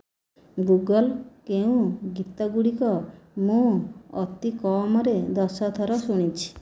Google କେଉଁ ଗୀତଗୁଡ଼ିକ ମୁଁ ଅତିକମରେ ଦଶ ଥର ଶୁଣିଛି